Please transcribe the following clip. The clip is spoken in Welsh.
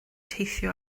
teithio